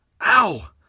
Ow